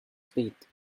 speed